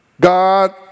God